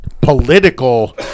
political